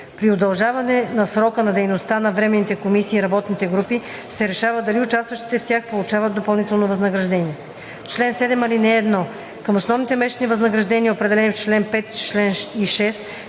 При удължаване на срока на дейността на временните комисии и работните групи се решава дали участващите в тях получават допълнително възнаграждение. Чл. 7. (1) Към основните месечни възнаграждения, определени в чл. 5 и 6,